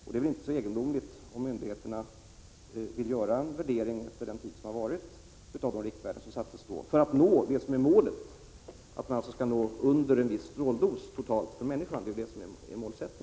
Det är väl inte så egendomligt om myndigheterna vill göra en värdering efter den tid som har varit av de riktvärden som sattes, för att nå det som är målet, att man skall komma under en viss stråldos totalt för människan.